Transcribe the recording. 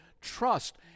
trust